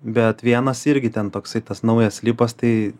bet vienas irgi ten toksai tas naujas slipas tai